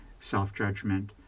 self-judgment